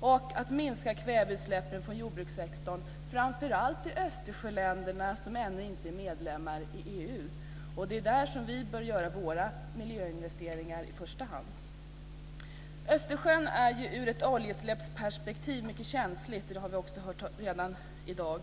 och minskade kväveutsläpp från jordbrukssektorn, framför allt i de Östersjöländer som ännu inte är medlemmar i EU. Det är där vi bör göra våra miljöinvesteringar i första hand. Östersjön är ur ett oljeutsläppsperspektiv mycket känslig. Det har vi också hört i dag.